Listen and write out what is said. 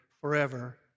forever